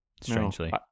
strangely